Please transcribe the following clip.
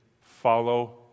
follow